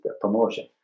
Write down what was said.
promotion